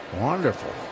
wonderful